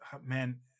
Man